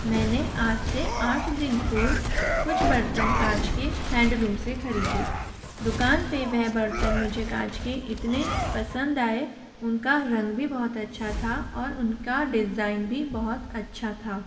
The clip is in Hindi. मैंने आज से आठ दिन पूर्व कुछ बर्तन काँच के हैंडलूम से ख़रीदे दुकान पर वह बर्तन मुझे काँच के इतने पसंद आए उनका रंग भी बहुत अच्छा था और उनका डिज़ाइन भी बहुत अच्छा था